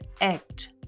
act